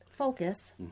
Focus